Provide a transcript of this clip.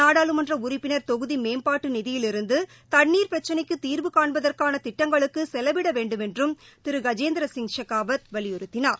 நாடாளுமன்ற உறுப்பினர் தொகுதி மேம்பாட்டு நிதியில் இருந்து தண்ணீர் பிரச்சினைக்கு தீர்வுகாண்பதற்கான திட்டங்களுக்கு செலவிட வேண்டுமென்றம் திரு கஜேந்திரசிங் ஷெகாவத் வலியுறுத்தினார்